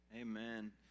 Amen